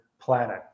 planet